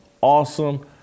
awesome